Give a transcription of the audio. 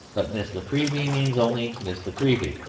but miss la creevy means only miss la creevy.